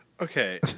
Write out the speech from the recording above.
Okay